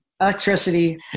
Electricity